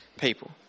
people